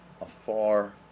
afar